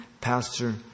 pastor